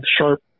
sharp